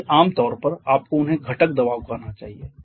जबकि आम तौर पर आपको उन्हें घटक दबाव कहना चाहिए